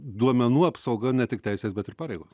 duomenų apsauga ne tik teisės bet ir pareigos